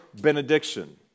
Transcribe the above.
benediction